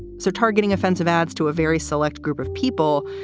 so targeting offensive ads to a very select group of people,